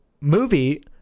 movie